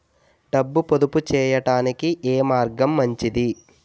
డబ్బు పొదుపు చేయటానికి ఏ మార్గం మంచిది?